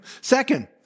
Second